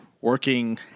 working